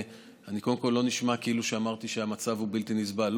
קודם כול לא נשמע כאילו אמרתי שהמצב הוא בלתי נסבל.